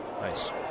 Nice